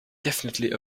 definitely